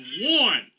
one